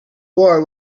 war